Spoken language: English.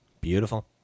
Beautiful